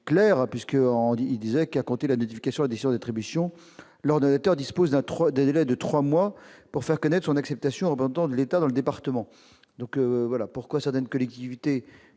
était assez clair : à compter de la notification de la décision d'attribution, l'ordonnateur dispose d'un délai de trois mois pour faire connaître son acceptation au représentant de l'État dans le département. Pourquoi certaines collectivités